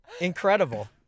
Incredible